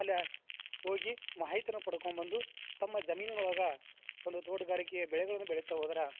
ಅಲ ಹೋಗಿ ಮಾಹಿತಿನ ಪಡ್ಕೊ ಬಂದು ತಮ್ಮ ಜಮೀನಿನೊಳಗ ಒಂದು ತೋಟಗಾರಿಕೆಯ ಬೆಳೆಗಳನ್ನ ಬೆಳೆಯತ ಹೋದ್ರ